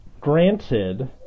Granted